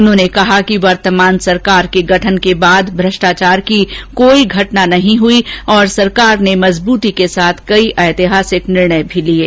उन्होंने कहा कि वर्तमान सरकार के गठन के बाद भ्रष्टाचार की कोई घटना नहीं हुई और सरकार ने मजबूती के साथ कई ऐतिहासिक निर्णय भी लिये